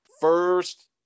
first